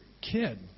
kid